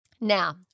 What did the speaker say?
Now